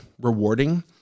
rewarding